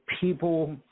people